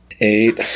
Eight